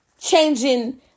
Changing